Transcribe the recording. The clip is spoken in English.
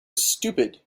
stupid